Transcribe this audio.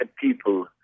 people